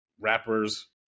rappers